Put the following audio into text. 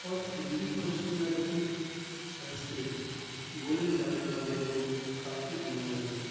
اور Hindi Persian Arabic Sanskrit بولے جانے والے لوگ کافی ہونے لگے